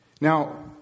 Now